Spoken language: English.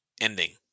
ending